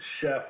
chef